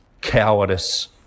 cowardice